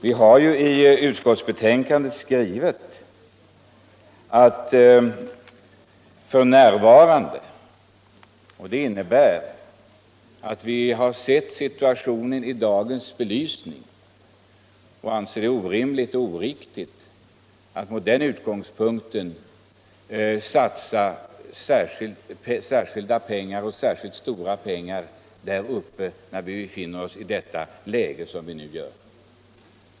Vi har i utskottsbetänkandet hänvisat till den situationen som f.n. råder, och vi anser det från den utgångspunkten vara orimligt och oriktigt att satsa stora pengar på det aktuella varvet.